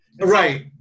Right